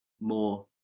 more